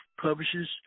publishes